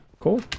cool